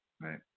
right